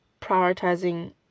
prioritizing